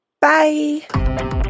bye